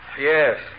Yes